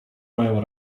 mają